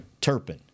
Turpin